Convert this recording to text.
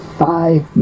five